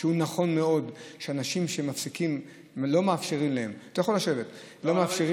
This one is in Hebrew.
ונכון מאוד שאנשים שמפסיקים ולא מאפשרים להם לטוס,